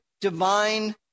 divine